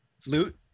Flute